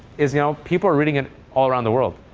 is you know people are reading it all around the world.